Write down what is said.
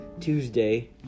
Tuesday